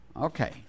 Okay